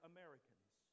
Americans